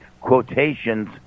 quotations